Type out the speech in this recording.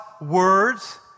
words